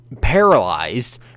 paralyzed